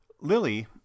Lily